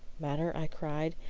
matter? i cried.